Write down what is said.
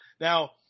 Now